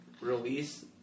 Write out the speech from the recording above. release